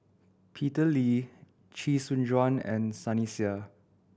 Peter Lee Chee Soon Juan and Sunny Sia